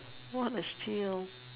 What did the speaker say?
what a steal